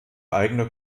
eigene